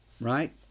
right